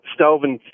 Stelvin